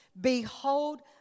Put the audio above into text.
Behold